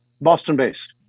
Boston-based